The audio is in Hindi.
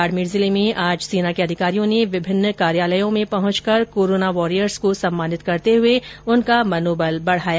बाड़मेर जिले में आज सेना के अधिकारियों ने विभिन्न कार्यालयों में पहुंचकर कोरोना वॉरियर्स को सम्मानित करते हुए उनका मनोवल बढाया